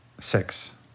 Six